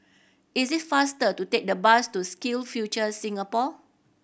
it is faster to take the bus to SkillsFuture Singapore